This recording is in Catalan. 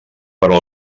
però